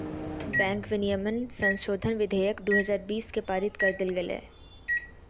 bank विनियमन संशोधन विधेयक दू हजार बीस के पारित कर देल गेलय